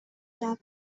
دعوت